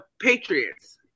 Patriots